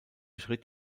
schritt